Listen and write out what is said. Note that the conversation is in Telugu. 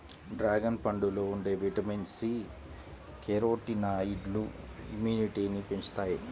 డ్రాగన్ పండులో ఉండే విటమిన్ సి, కెరోటినాయిడ్లు ఇమ్యునిటీని పెంచుతాయి